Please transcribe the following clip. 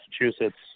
Massachusetts